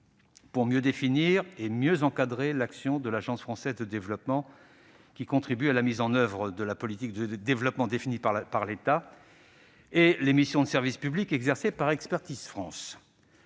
pour mieux définir et encadrer l'action de l'Agence française de développement, qui contribue à la mise en oeuvre de la politique de développement définie par l'État, et les missions de service public exercées par Expertise France.